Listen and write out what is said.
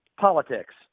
politics